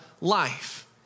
life